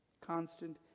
Constant